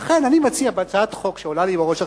ולכן אני מציע בהצעת חוק שעולה לי בראש עכשיו,